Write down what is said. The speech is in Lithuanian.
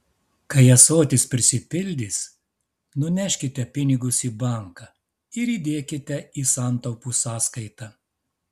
kai ąsotis prisipildys nuneškite pinigus į banką ir įdėkite į santaupų sąskaitą